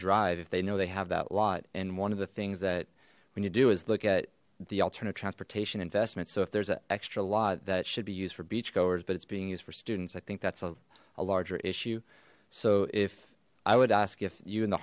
drive if they know they have that lot and one of the things that when you do is look at the alternative transportation investments so if there's an extra lot that should be used for beach goers but it's being used for students i think that's a larger issue so if i would ask if you and the